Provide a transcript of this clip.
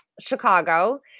Chicago